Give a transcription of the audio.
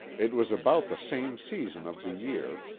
it was about the same season of the year,